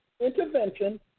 intervention